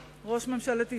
ראש ממשלת ישראל,